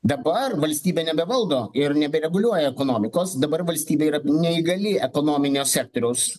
dabar valstybė nebevaldo ir nebereguliuoja ekonomikos dabar valstybė yra neįgali ekonominio sektoriaus